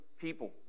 people